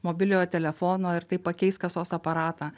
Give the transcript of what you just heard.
mobiliojo telefono ar tai pakeis kasos aparatą